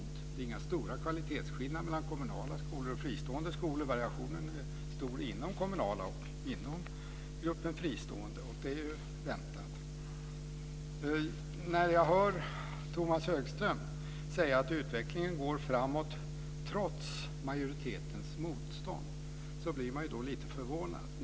Det är inga stora kvalitetsskillnader mellan kommunala skolor och fristående skolor. Variationen är stor inom kommunala skolor och inom gruppen fristående skolor. Det var ju väntat. När jag hör Tomas Högström säga att utvecklingen går framåt trots majoritetens motstånd blir jag lite förvånad.